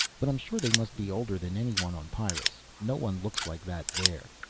but i'm sure they must be older than anyone on pyrrus, no one looks like that there.